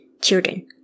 children